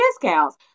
discounts